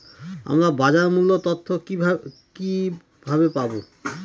আমরা বাজার মূল্য তথ্য কিবাবে পাবো?